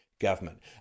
government